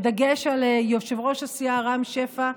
בדגש על יושב-ראש הסיעה רם שפע,